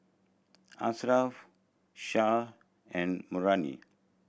Asharaff Shah and Murni